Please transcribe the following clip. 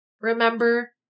Remember